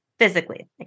Physically